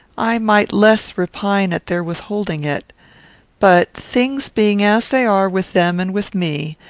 i might less repine at their withholding it but, things being as they are with them and with me,